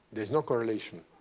there's no correlation.